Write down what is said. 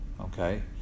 okay